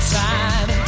time